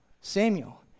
Samuel